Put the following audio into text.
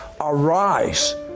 arise